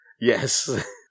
Yes